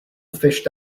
fished